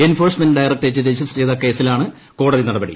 enforcement directorate register ചെയ്ത കേസിലാണ് കോടതി നടപടി